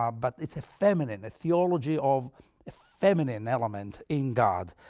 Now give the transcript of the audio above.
um but it's a feminine, a theology of a feminine element in god.